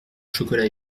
chocolat